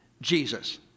Jesus